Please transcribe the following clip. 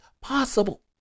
possible